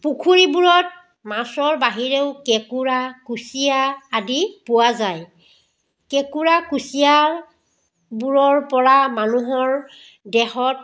পুখুৰীবোৰত মাছৰ বাহিৰেও কেঁকোৰা কুচিয়া আদি পোৱা যায় কেঁকোৰা কুচিয়াবোৰৰ পৰা মানুহৰ দেহত